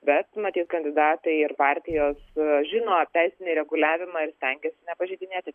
bet matyt kandidatai ir partijos žino teisinį reguliavimą ir stengiasi nepažeidinėti